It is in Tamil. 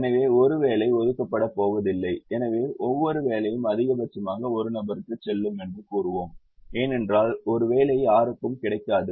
எனவே ஒரு வேலை ஒதுக்கப்படப் போவதில்லை எனவே ஒவ்வொரு வேலையும் அதிகபட்சமாக ஒரு நபருக்குச் செல்லும் என்று கூறுவோம் ஏனென்றால் ஒரு வேலை யாருக்கும் கிடைக்காது